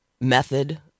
method